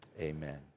amen